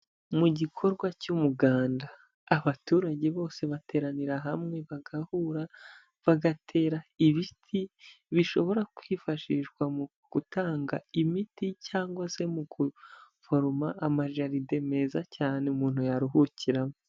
Mu gikorwa cy'umuganda abaturage bose bateranira hamwe bagahura bagatera ibiti bishobora kwifashishwa mu gutanga imiti cyangwa se mu guforoma amajaride meza cyane umuntu yaruhukiramo.